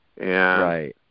Right